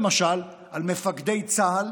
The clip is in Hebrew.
למשל, על מפקדי צה"ל